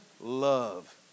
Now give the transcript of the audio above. love